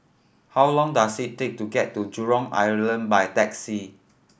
how long does it take to get to Jurong Island by taxi